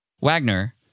wagner